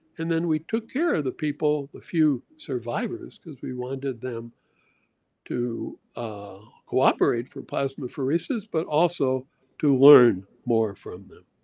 and then we took care of the people, the few survivors because we wanted them to cooperate for plasmapheresis, but also to learn more from them.